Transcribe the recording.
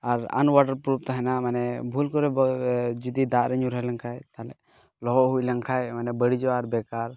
ᱟᱨ ᱟᱱᱚᱣᱟᱴᱟᱨ ᱯᱨᱩᱯᱷ ᱛᱟᱦᱮᱱᱟ ᱢᱟᱱᱮ ᱵᱷᱩᱞ ᱠᱚᱨᱮ ᱡᱩᱫᱤ ᱫᱟᱜᱨᱮ ᱧᱩᱨᱦᱟᱹ ᱞᱮᱱᱠᱷᱟᱡ ᱛᱟᱦᱚᱞᱮ ᱞᱚᱦᱚᱫ ᱦᱩᱭᱞᱮᱱ ᱠᱷᱟᱱ ᱵᱟᱹᱲᱤᱡᱚᱜᱼᱟ ᱟᱨ ᱵᱮᱠᱟᱨ